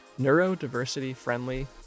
neurodiversity-friendly